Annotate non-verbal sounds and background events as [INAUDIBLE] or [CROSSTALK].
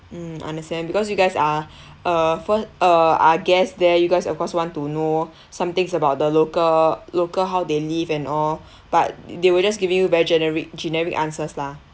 mm understand because you guys are [BREATH] uh fir~ uh are guests there you guys of course want to know [BREATH] some things about the local local how they live and all [BREATH] but they were just giving you very generic generic answers lah